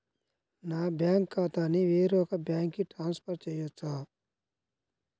నా బ్యాంక్ ఖాతాని వేరొక బ్యాంక్కి ట్రాన్స్ఫర్ చేయొచ్చా?